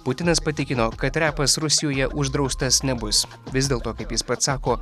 putinas patikino kad repas rusijoje uždraustas nebus vis dėl to kaip jis pats sako